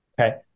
okay